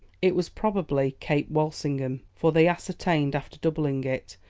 it was probably cape walsingham, for they ascertained, after doubling it,